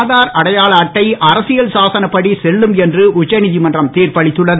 ஆதார் அடையாள அட்டை அரசியல் சாசனப் படி செல்லும் என்று உச்சநீதிமன்றம் தீர்ப்பளித்துள்ளது